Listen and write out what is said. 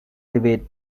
debate